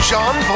John